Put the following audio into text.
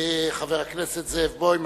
חבר הכנסת זאב בוים,